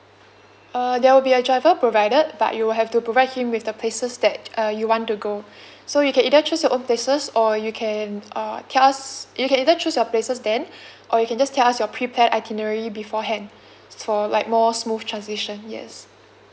uh there will be a driver provided but you will have to provide him with the places that uh you want to go so you can either choose your own places or you can uh tell us you can either choose your places then or you can just tell us your prepared itinerary beforehand for like more smooth transition yes